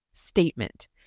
statement